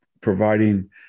providing